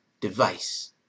device